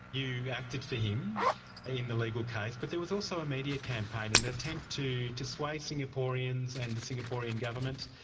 you acted for him in the legal case, but there was also a media campaign, an attempt to to sway singaporeans and the singaporean government,